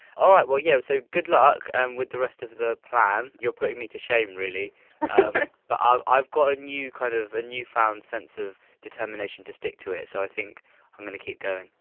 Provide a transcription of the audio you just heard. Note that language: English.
all right well yeah, so good luck um with the rest of the plan. you're putting me to shame really but ah i've got a new kind of a newfound sense of determination to stick to it. so i think i'm gonna keep going.